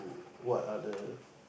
what are the